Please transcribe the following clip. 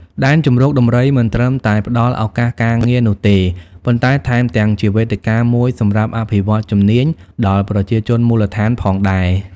ដែនជម្រកដំរីមិនត្រឹមតែផ្តល់ឱកាសការងារនោះទេ ប៉ុន្តែថែមទាំងជាវេទិកាមួយសម្រាប់ អភិវឌ្ឍន៍ជំនាញ ដល់ប្រជាជនមូលដ្ឋានផងដែរ។